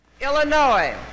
Illinois